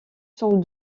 sans